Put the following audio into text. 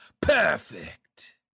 perfect